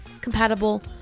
compatible